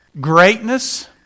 greatness